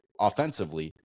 offensively